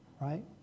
Right